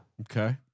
Okay